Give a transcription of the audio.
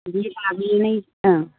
बिदि लाबोनाय ओं